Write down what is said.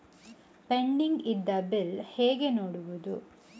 Pending ಇದ್ದ bill ಹೇಗೆ ನೋಡುವುದು?